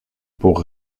pour